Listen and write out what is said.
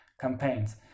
campaigns